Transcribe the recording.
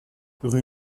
rue